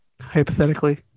Hypothetically